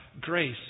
grace